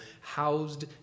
housed